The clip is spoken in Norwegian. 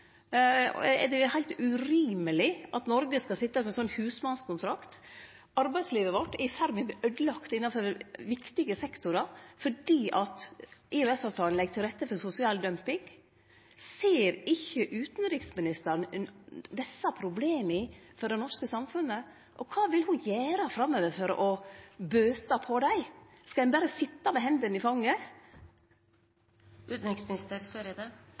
Det er heilt urimeleg at Noreg skal sitje på ein slik husmannskontrakt. Arbeidslivet vårt er i ferd med å verte øydelagt innanfor viktige sektorar fordi EØS-avtalen legg til rette for sosial dumping. Ser ikkje utanriksministeren desse problema for det norske samfunnet, og kva vil ho gjere framover for å bøte på dei? Skal ein berre sitje med hendene i fanget? Her var det mye på en gang. For det